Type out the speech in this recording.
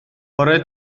bore